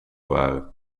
waren